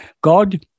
God